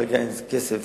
וכרגע אין כסף